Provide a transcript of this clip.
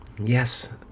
Yes